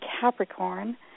Capricorn